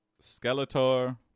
Skeletor